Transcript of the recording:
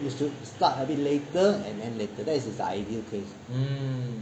you should start a bit later and later that is the ideal case